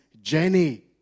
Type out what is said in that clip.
Jenny